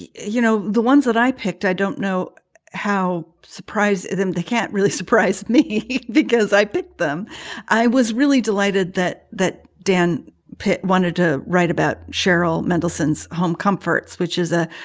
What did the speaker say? you know, the ones that i picked, i don't know how. surprise them. they can't really surprise me because i picked them i was really delighted that that dan pitt wanted to write about cheryl mendelson's home comforts, which is a